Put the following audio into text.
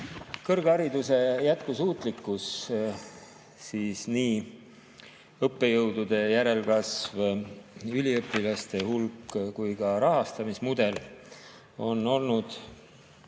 Kõrghariduse jätkusuutlikkus, nii õppejõudude järelkasv, üliõpilaste hulk kui ka rahastamismudel on olnud